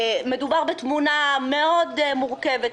מדובר בתמונה מאוד מורכבת,